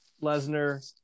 Lesnar